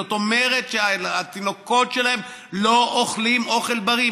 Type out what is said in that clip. זאת אומרת, שהתינוקות שלהם לא אוכלים אוכל בריא.